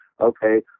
okay